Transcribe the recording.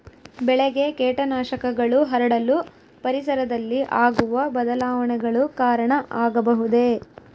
ಬೆಳೆಗೆ ಕೇಟನಾಶಕಗಳು ಹರಡಲು ಪರಿಸರದಲ್ಲಿ ಆಗುವ ಬದಲಾವಣೆಗಳು ಕಾರಣ ಆಗಬಹುದೇ?